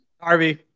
Harvey